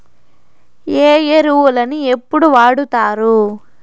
ఏ ఎరువులని ఎప్పుడు వాడుతారు?